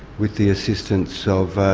with the assistance so of